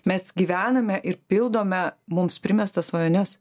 mes gyvename ir pildome mums primestas svajones